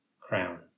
crown